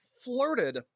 flirted